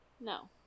No